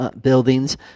Buildings